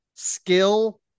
skill